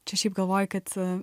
čia šiaip galvoju kad